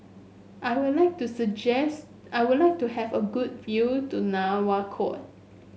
I would like to suggest I would like to have a good view to Nouakchott